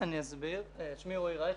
אגף התקציבים,